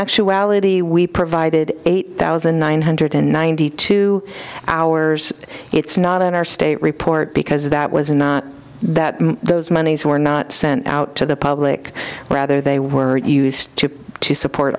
actuality we provided eight thousand nine hundred ninety two hours it's not in our state report because that was not that those monies were not sent out to the public rather they were used to support